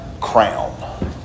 crown